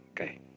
Okay